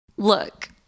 Look